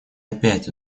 опять